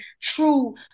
true